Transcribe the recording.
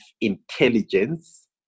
intelligence